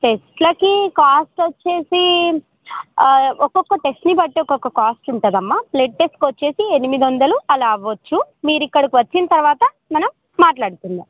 టెస్ట్లకి cost వచ్చేసి ఒక్కొక్క టెస్ట్ని బట్టి ఒక్కొక్క కాస్ట్ ఉంటుందమ్మా బ్లడ్ టెస్ట్కి వచ్చేసి ఎనిమిది వందలు అలా అవ్వచ్చు మీరు ఇక్కడికి వచ్చిన తర్వాత మనం మాట్లాడుకుందాం